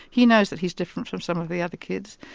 he knows that he's different from some of the other kids,